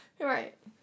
Right